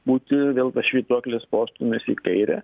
būti vėl tas švytuoklės postūmis į kairę